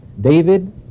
David